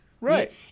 Right